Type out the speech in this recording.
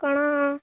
କ'ଣ